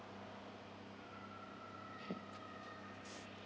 mm